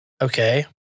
Okay